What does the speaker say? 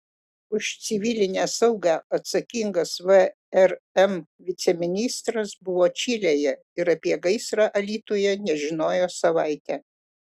už civilinę saugą atsakingas vrm viceministras buvo čilėje ir apie gaisrą alytuje nežinojo savaitę